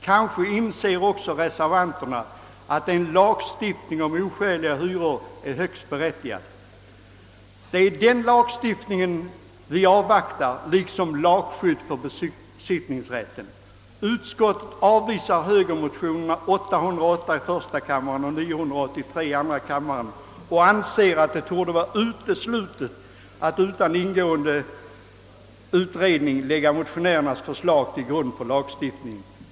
Kanske inser också reservanterna att en lagstiftning mot oskäliga hyror är högst berättigad. Det är den lagstiftningen vi avvaktar liksom lagskydd för besittningsrätten. Utskottsmajoriteten avvisar högermotionerna I:808 och II: 983 och anser att det torde vara uteslutet att utan ingående utredning lägga motionärernas förslag till grund för lagstiftning.